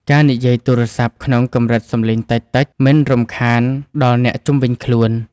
ការនិយាយទូរស័ព្ទក្នុងកម្រិតសំឡេងតិចៗ មិនរំខានដល់អ្នកជុំវិញខ្លួន។